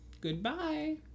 Goodbye